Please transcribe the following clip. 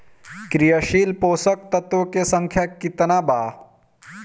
क्रियाशील पोषक तत्व के संख्या कितना बा?